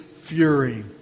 fury